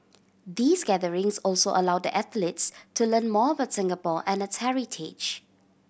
these gatherings also allow the athletes to learn more about Singapore and its heritage